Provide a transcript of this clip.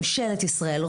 ממשלת ישראל,